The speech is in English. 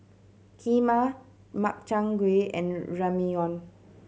Kheema Makchang Gui and Ramyeon